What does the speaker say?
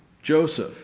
Joseph